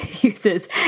uses